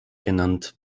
genannt